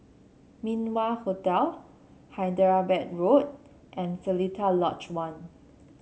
Min Wah Hotel Hyderabad Road and Seletar Lodge One